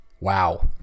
wow